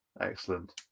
excellent